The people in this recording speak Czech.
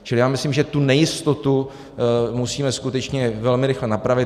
Čili já myslím, že tu nejistotu musíme skutečně velmi rychle napravit.